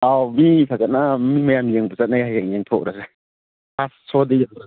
ꯑꯧ ꯃꯤ ꯐꯖꯅ ꯃꯤ ꯃꯌꯥꯝ ꯌꯦꯡꯕ ꯆꯠꯅꯩ ꯍꯌꯦꯡ ꯌꯦꯡꯊꯣꯛꯎꯔꯁꯦ ꯑꯁ ꯁꯣꯗꯤ